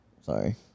Sorry